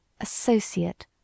Associate